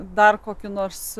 dar kokį nors